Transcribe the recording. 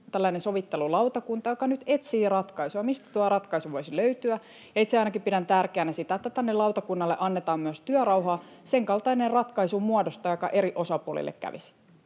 asetettu sovittelulautakunta, joka nyt etsii ratkaisua. Mistä tuo ratkaisu voisi löytyä? Itse ainakin pidän tärkeänä sitä, että tälle lautakunnalle annetaan työrauha muodostaa sen kaltainen ratkaisu, joka kävisi eri osapuolille.